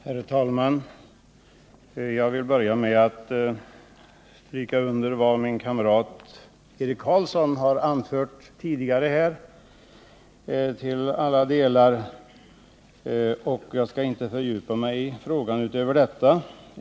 Herr talman! Jag vill börja med att i alla delar understryka vad min kamrat Eric Carlsson har anfört. Jag skall inte fördjupa mig i frågan utöver detta.